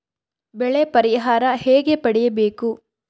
ಬೆಳೆ ಪರಿಹಾರ ಹೇಗೆ ಪಡಿಬೇಕು?